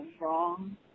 wrong